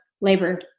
labor